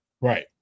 Right